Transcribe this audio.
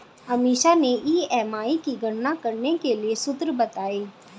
अमीषा ने ई.एम.आई की गणना करने के लिए सूत्र बताए